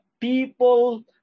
people